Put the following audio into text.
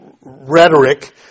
rhetoric